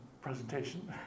presentation